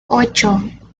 ocho